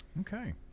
okay